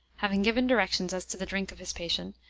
having given directions as to the drink of his patient,